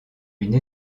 une